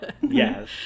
Yes